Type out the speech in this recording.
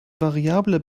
variabler